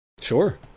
Sure